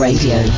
Radio